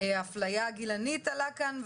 האפליה הגילנית עלתה כאן,